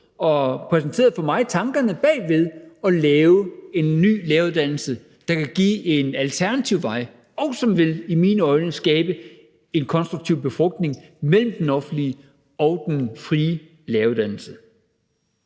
har præsenteret tankerne bag at lave en ny læreruddannelse, der kan give en alternativ vej, og som vil – i mine øjne – skabe en konstruktiv befrugtning mellem den offentlige og den frie læreruddannelse.